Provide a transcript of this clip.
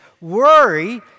worry